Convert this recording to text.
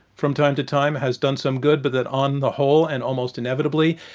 from time to time, has done some good but that, on the whole and almost inevitably,